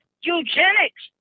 eugenics